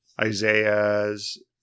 Isaiah's